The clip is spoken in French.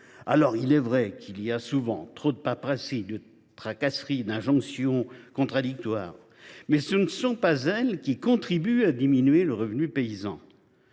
normes. Il est vrai qu’il y a souvent trop de paperasserie, de tracasseries et d’injonctions contradictoires, mais ce ne sont pas elles qui contribuent à diminuer le revenu paysan.